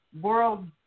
world